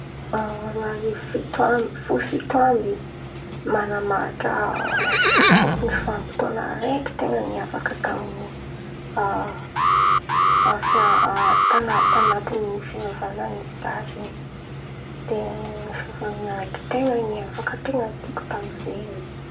Roa arivo fito amby folo fito amby manamarika nisy van̈im-potoan̈a raiky ten̈a niavaka tamin̈'io fia- tan̈aty tan̈aty fivavahan̈a nisy Zaho zen̈y nisy fivorin̈a raiky ten̈a niavaka ten̈a tiako tamy zen̈y oe.